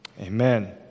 Amen